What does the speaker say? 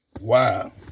Wow